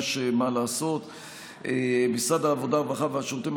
ויש ועדות ערר שיכולות ובודקות את הדברים